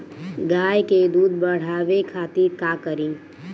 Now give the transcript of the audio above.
गाय के दूध बढ़ावे खातिर का करी?